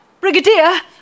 Brigadier